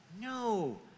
no